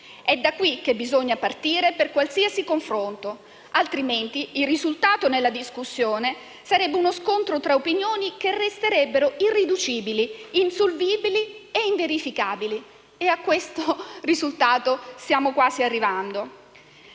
È da qui che bisogna partire per qualsiasi confronto; altrimenti il risultato della discussione sarebbe uno scontro tra opinioni che resterebbero irriducibili, insolvibili e inverificabili. E a questo risultato stiamo quasi arrivando.